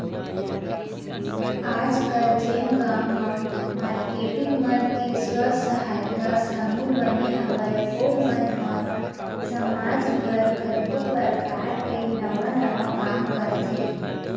आजकल जेन गांव म मारकेटिंग मन के स्व सहायता समूह बने हवय ओ मन ह समाज बर कतको परकार ले नवा नवा काम करथे